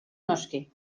noski